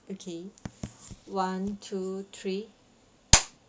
okay one two three